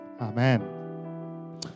Amen